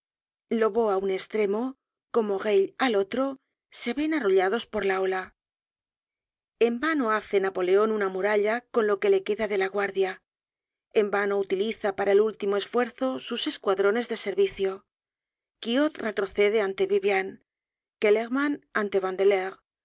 lobau á un estremo como beille al otro se ven arrollados por la content from google book search generated at ola en vano hace napoleon una muralla con lo que le queda de la guardia en vano utiliza para el último esfuerzo sus escuadrones de servicio quiot retrocede ante vivían kellermann ante vandeleur